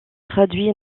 traduit